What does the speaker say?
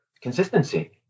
consistency